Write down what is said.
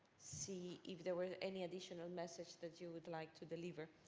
see if there were any additional message that you would like to deliver.